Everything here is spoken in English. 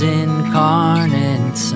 incarnate